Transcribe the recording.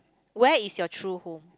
where is your true home